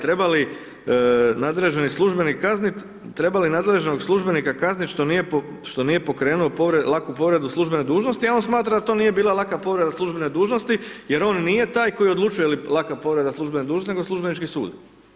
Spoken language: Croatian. Treba li nadređeni službenik kaznit, treba li nadležnog službenika kaznit što nije pokrenuo laku povredu službene dužnosti, a on smatra da to nije bila laka povreda službene dužnosti jer on nije taj koji odlučuje je li laka povreda službene dužnosti, nego Službenički sud.